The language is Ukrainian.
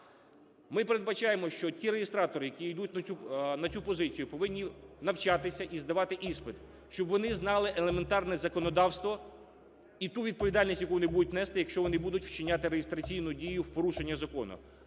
Ми передбачаємо, що ті реєстратори, які ідуть на цю позицію, повинні навчатися і здавати іспит, щоб вони знали елементарне законодавство і ту відповідальність, яку вони будуть нести, якщо вони будуть вчиняти реєстраційну дію в порушення закону,